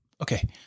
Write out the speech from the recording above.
Okay